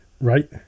right